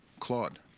claude.